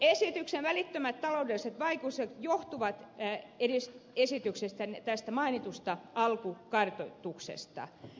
esityksen välittömät taloudelliset vaikutukset johtuvat tästä esityksessä mainitusta alkukartoituksesta